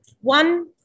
One